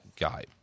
guy